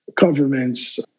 governments